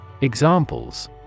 Examples